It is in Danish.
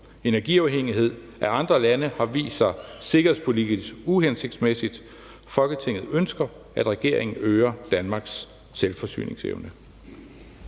Energiafhængighed af andre lande har vist sig sikkerhedspolitisk uhensigtsmæssig. Folketinget ønsker, at regeringen øger Danmarks selvforsyningsevne«.